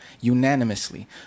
unanimously